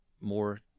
more